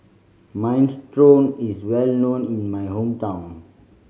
minestrone is well known in my hometown